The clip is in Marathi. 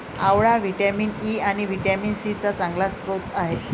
आवळा व्हिटॅमिन ई आणि व्हिटॅमिन सी चा चांगला स्रोत आहे